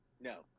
No